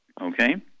Okay